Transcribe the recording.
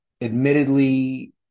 admittedly